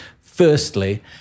firstly